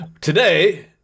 today